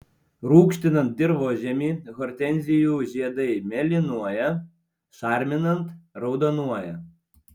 rūgštinant dirvožemį hortenzijų žiedai mėlynuoja šarminant raudonuoja